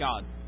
God